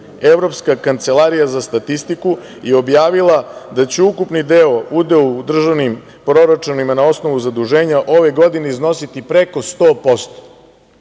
Evropska kancelarija za statistiku objavila je da će ukupni udeo u državnim proračunima na osnovu zaduženja ove godine iznositi preko 100%.